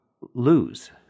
lose